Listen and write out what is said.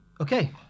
okay